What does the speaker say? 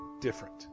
different